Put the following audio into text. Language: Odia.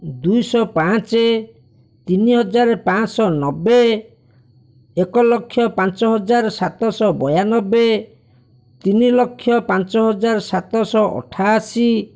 ଦୁଇଶହ ପାଞ୍ଚ ତିନି ହଜାର ପାଞ୍ଚଶହ ନବେ ଏକଲକ୍ଷ ପାଞ୍ଚହଜାର ସାତଶହ ବୟାନବେ ତିନିଲକ୍ଷ ପାଞ୍ଚହଜାର ସାତଶହ ଅଠାଅଶି